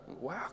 wow